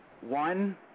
one